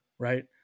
Right